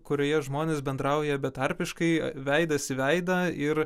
kurioje žmonės bendrauja betarpiškai veidas į veidą ir